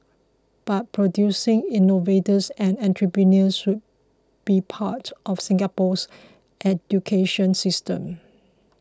but producing innovators and entrepreneurs should be part of Singapore's education system